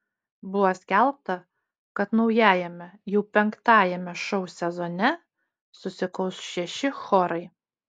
buvo skelbta kad naujajame jau penktajame šou sezone susikaus šeši chorai